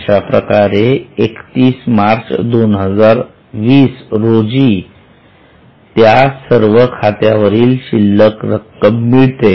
अशाप्रकारे 31 मार्च 2020 रोजी त्या सर्व खात्यावरील शिल्लक रक्कम मिळते